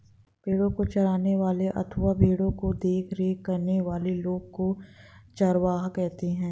भेड़ों को चराने वाले अथवा भेड़ों की देखरेख करने वाले लोगों को चरवाहा कहते हैं